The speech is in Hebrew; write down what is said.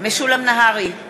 משולם נהרי,